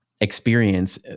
experience